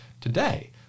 today